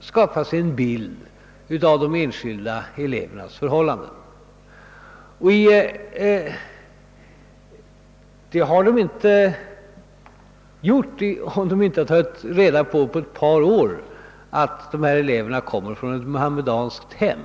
skapa sig en bild av de enskilda elevernas förhållanden. Detta har de inte gjort, om de på ett par år inte har tagit reda på att några elever kommer från ett muhammedanskt hem.